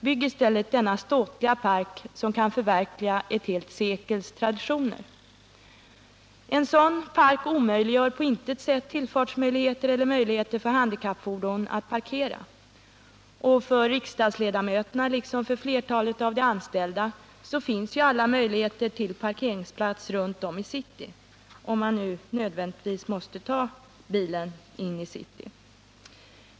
Bygg istället denna ståtliga park som kan förverkliga ett helt sekels traditioner.” En sådan park fördärvar på intet sätt tillfartsmöjligheter eller förutsättningar för parkering av handikappfordon. För riksdagsledamöterna liksom för flertalet av de anställda finns alla möjligheter till parkering runt om i city — om man nu nödvändigtvis måste ta bilen in i city.